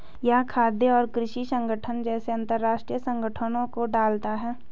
यह खाद्य और कृषि संगठन जैसे अंतरराष्ट्रीय संगठनों को डालता है